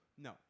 No